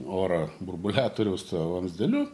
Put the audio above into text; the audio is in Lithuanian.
orą burbuliatoriaus tuo vamzdeliu